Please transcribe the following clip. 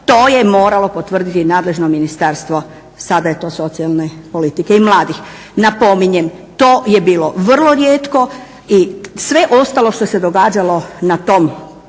to je moralo potvrditi nadležno ministarstvo. Sada je to socijalne politike i mladih. Napominjem, to je bilo vrlo rijetko i sve ostalo što se događalo po tom